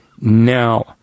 now